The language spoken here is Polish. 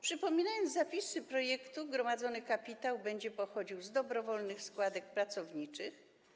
Przypominając zapisy projektu: gromadzony kapitał będzie pochodził z dobrowolnych składek pracowniczych.